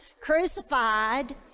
crucified